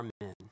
men